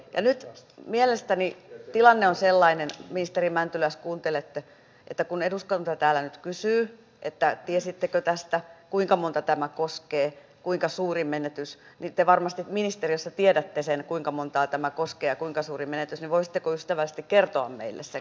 nyt mielestäni tilanne on sellainen ministeri mäntylä jos kuuntelette että kun eduskunta täällä nyt kysyy että tiesittekö tästä kuinka montaa tämä koskee kuinka suuri menetys niin kun te varmasti ministeriössä tiedätte sen kuinka montaa tämä koskee ja kuinka suuri menetys niin voisitteko ystävällisesti kertoa meille sen kun kysymme